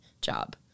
job